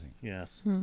Yes